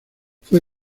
fue